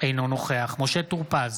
אינו נוכח משה טור פז,